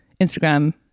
Instagram